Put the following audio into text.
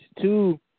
two